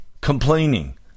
complaining